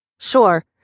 Sure